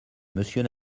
monsieur